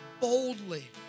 boldly